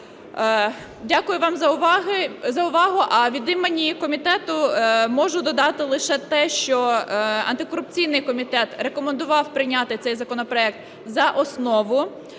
Дякую вам за увагу. А від імені комітету можу додати лише те, що антикорупційний комітет рекомендував прийняти цей законопроект за основу.